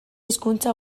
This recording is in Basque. hizkuntza